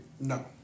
No